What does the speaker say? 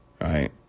Right